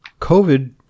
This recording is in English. COVID